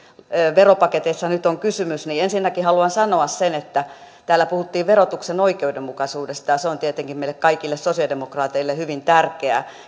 veropaketeissa nyt on kysymys niin ensinnäkin haluan sanoa sen että täällä puhuttiin verotuksen oikeudenmukaisuudesta se on tietenkin meille kaikille sosialidemokraateille hyvin tärkeä